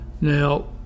Now